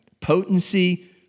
potency